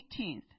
18th